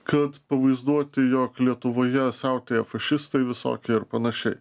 kad pavaizduoti jog lietuvoje siautėja fašistai visokie ir panašiai